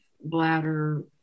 bladder